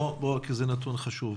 זה נתון חשוב.